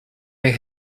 ray